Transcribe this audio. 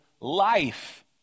life